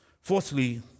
Fourthly